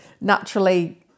naturally